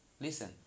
Listen